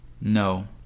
no